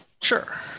Sure